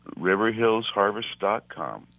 Riverhillsharvest.com